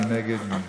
מי נגד?